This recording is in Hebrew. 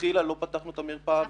ולכתחילה לא פתחנו את המרפאה.